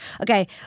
Okay